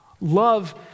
Love